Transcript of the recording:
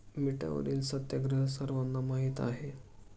मिठावरील सत्याग्रह सर्वांना माहीत आहे